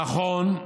נכון,